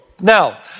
Now